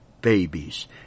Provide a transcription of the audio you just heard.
babies